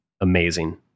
amazing